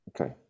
okay